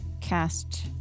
cast